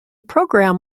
program